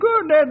good